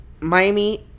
Miami